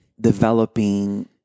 developing